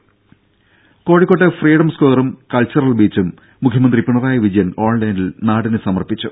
രുര കോഴിക്കോട്ടെ ഫ്രീഡം സ്ക്വയറും കൾച്ചറൽ ബീച്ചും മുഖ്യമന്ത്രി പിണറായി വിജയൻ ഓൺലൈനിൽ നാടിന് സമർപ്പിച്ചു